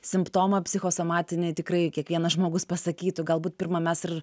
simptomą psichosomatinį tikrai kiekvienas žmogus pasakytų galbūt pirma mes ir